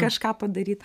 kažką padaryt